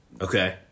Okay